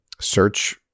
search